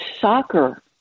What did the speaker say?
soccer